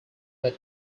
but